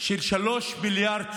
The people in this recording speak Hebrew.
של 3 מיליארד שקל,